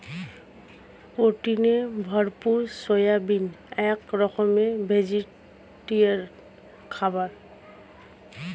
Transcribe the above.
প্রোটিনে ভরপুর সয়াবিন এক রকমের ভেজিটেরিয়ান খাবার